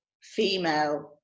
female